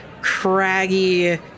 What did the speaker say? craggy